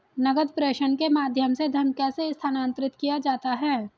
नकद प्रेषण के माध्यम से धन कैसे स्थानांतरित किया जाता है?